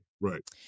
Right